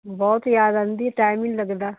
ਬਹੁਤ ਯਾਦ ਆਉਂਦੀ ਟਾਈਮ ਨਹੀਂ ਲੱਗਦਾ